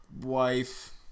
wife